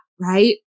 Right